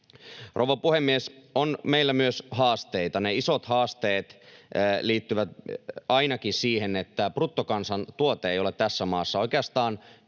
Rouva puhemies! On meillä myös haasteita. Ne isot haasteet liittyvät ainakin siihen, että bruttokansantuote ei ole tässä maassa oikeastaan